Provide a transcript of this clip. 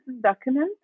document